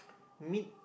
meat